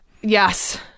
Yes